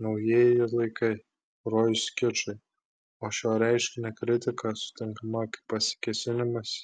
naujieji laikai rojus kičui o šio reiškinio kritika sutinkama kaip pasikėsinimas